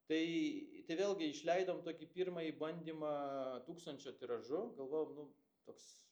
tai tai vėlgi išleidom tokį pirmąjį bandymą tūkstančio tiražu galvojom nu toks